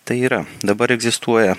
tai yra dabar egzistuoja